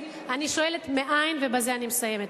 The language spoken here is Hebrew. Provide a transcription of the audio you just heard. אני שואלת מאין, ובזה אני מסיימת,